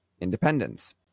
independence